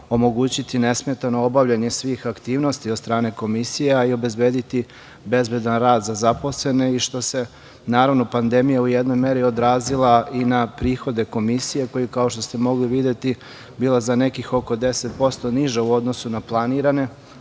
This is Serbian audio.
omogućiti nesmetano obavljanje svih aktivnosti od strane Komisije, a i obezbediti bezbedan rad za zaposlene i što se, naravno, pandemija u jednoj meri odrazila i na prihode Komisije koji su, kao što ste mogli videti, bili za nekih oko 10% niži u odnosu na planirane,